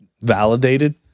validated